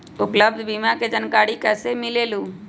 उपलब्ध बीमा के जानकारी कैसे मिलेलु?